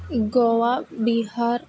Goa Bihar